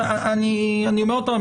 אני אומר עוד פעם,